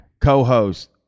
co-host